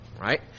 right